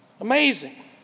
Amazing